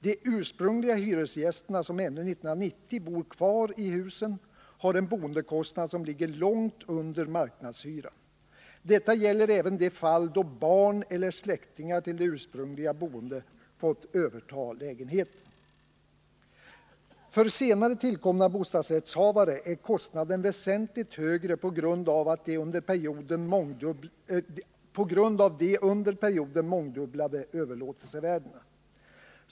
De ursprungliga hyresgäster som ännu 1990 bor kvar i husen har en boendekostnad som ligger långt under marknadshyran. Detta gäller även de fall då barn eller släktingar till de ursprungliga boende fått överta lägenheten. För senare tillkomna bostadsrättshavare är kostnaden väsentligt högre på grund av de under perioden mångdubblade överlåtelsevärdena.